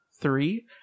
three